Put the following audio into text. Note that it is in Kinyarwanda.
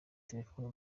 telephone